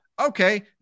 Okay